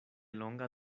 longa